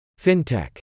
Fintech